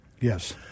Yes